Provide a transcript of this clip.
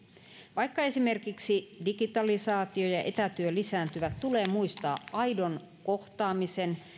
vaikka esimerkiksi digitalisaatio ja ja etätyö lisääntyvät tulee muistaa aidon kohtaamisen